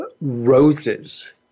roses